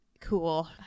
cool